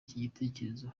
gitekerezo